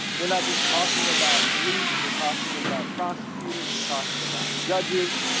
we're not just talking about police, we're talking about prosecutors, we're talking about judges,